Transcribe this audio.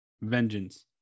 Vengeance